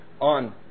On